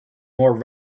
more